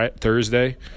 Thursday